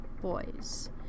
boys